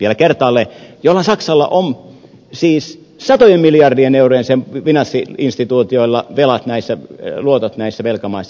saksalla sen finanssi instituutioilla on siis satojen miljardien eurojen luotot näissä velkamaissa